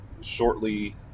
shortly